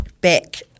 back